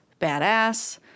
badass